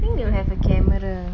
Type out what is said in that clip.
I think they will have a camera